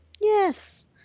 Yes